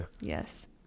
Yes